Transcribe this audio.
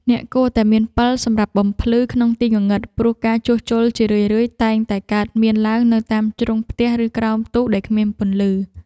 អ្នកគួរតែមានពិលសម្រាប់បំភ្លឺក្នុងទីងងឹត ព្រោះការជួសជុលជារឿយៗតែងតែកើតមានឡើងនៅតាមជ្រុងផ្ទះ ឬក្រោមទូដែលគ្មានពន្លឺ។